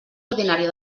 ordinària